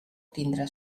tindre